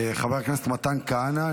חבר הכנסת מתן כהנא,